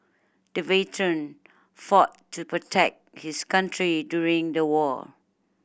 the veteran fought to protect his country during the war